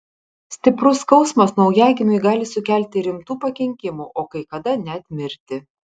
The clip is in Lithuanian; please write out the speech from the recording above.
stiprus skausmas naujagimiui gali sukelti rimtų pakenkimų o kai kada net mirtį